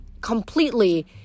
completely